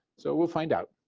so will find out.